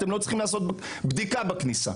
אתם לא צריכים לעשות בדיקה בכניסה",